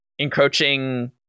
encroaching